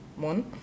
one